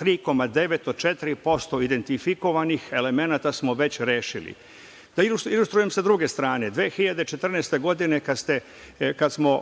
4% identifikovanih elemenata smo već rešili. Da ilustrujem sa druge strane, 2014. godine, kada smo